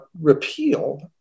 repealed